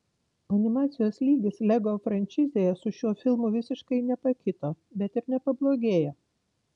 animacijos lygis lego frančizėje su šiuo filmu visiškai nepakito bet ir nepablogėjo